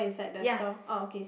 ya